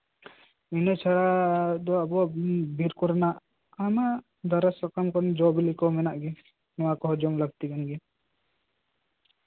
ᱤᱱᱟᱹ ᱪᱷᱟᱲᱟ ᱫᱚ ᱟᱵᱚ ᱵᱤᱨ ᱠᱚᱨᱮᱱᱟᱜ ᱟᱭᱢᱟ ᱫᱟᱨᱮ ᱥᱟᱠᱟᱢ ᱡᱚ ᱵᱤᱞᱤ ᱠᱚ ᱢᱮᱱᱟᱜ ᱜᱮ ᱱᱚᱣᱟ ᱠᱚᱦᱚᱸ ᱡᱚᱢ ᱫᱚ ᱞᱟᱹᱠᱛᱤ ᱠᱟᱱ ᱜᱮᱭᱟ